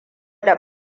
da